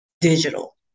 digital